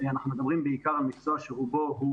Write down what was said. אנחנו מדברים בעיקר על מקצוע שרובו הוא